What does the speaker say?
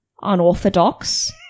unorthodox